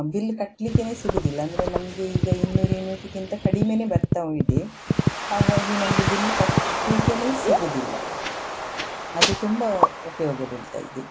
bill ಕಟ್ಲಿಕ್ಕೇ ಸಿಗುವುದಿಲ್ಲ ಅಂದರೆ ನಮಗೆ ಈಗ ಇನ್ನೂರು ಯೂನಿಟ್ಟಿಗಿಂತ ಕಡಿಮೆ ಬರ್ತಾ ಇದೆ ಹಾಗಾಗಿ ನಮಗೆ ಬಿಲ್ ಕಟ್ಲಿಕ್ಕೇ ಸಿಗುವುದಿಲ್ಲ ಅದು ತುಂಬ ಉಪಯೋಗ ಬೀಳ್ತಾ ಇದೆ